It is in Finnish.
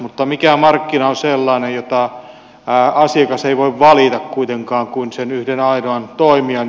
mutta mikä markkina on sellainen että asiakas ei voi valita kuitenkaan kuin sen yhden ainoan toimijan